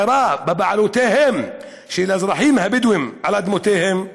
הכרה בבעלותם של האזרחים הבדואים על אדמותיהם.